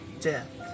death